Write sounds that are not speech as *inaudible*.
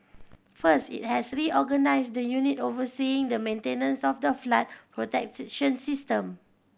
first it has reorganised the unit overseeing the maintenance of the flood *unintelligible* system